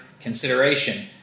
consideration